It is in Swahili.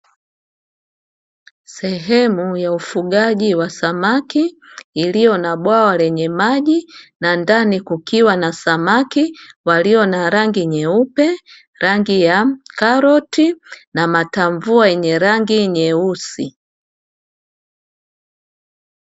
Sehemu ya ufugaji wa samaki iliyo na bwawa lenye maji na ndani kukiwa na samaki walio na rangi nyeupe, rangi ya karoti na matamvua yenye rangi nyeusi.